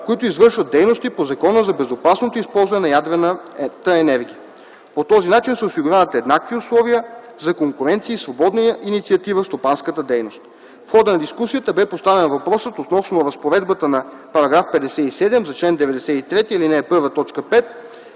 които извършват дейности по Закона за безопасното използване на ядрената енергия. По този начин се осигуряват еднакви условия за конкуренция и свободна инициатива в стопанската дейност. В хода на дискусията бе поставен въпросът относно разпоредбата на § 57 за чл. 93, ал. 1,